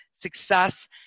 success